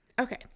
okay